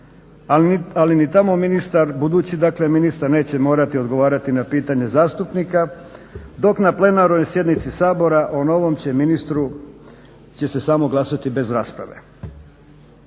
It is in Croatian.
ali ni tamo ministar, budući dakle ministar neće morati odgovarati na pitanje zastupnika dok na plenarnoj sjednici Sabora o novom će ministru će se samo glasati bez rasprave.